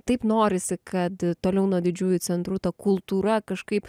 taip norisi kad toliau nuo didžiųjų centrų ta kultūra kažkaip